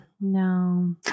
No